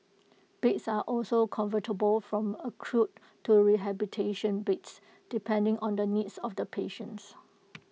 beds are also convertible from acute to rehabilitation beds depending on the needs of the patients